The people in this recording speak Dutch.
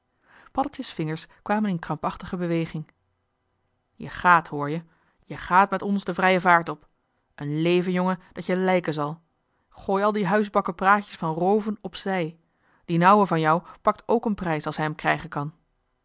paddeltje's vingers kwamen in krampachtige beweging je gaat hoor je je gaat met ons de vrije vaart op een leven jongen dat je lijken zal gooi al die huisbakken praatjes van rooven op zij die'n ouwe van jou pakt ook een prijs als hij m krijgen kan